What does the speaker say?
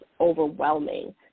overwhelming